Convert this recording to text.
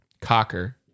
cocker